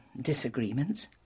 disagreements